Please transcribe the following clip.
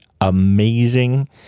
amazing